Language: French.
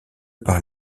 par